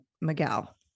Miguel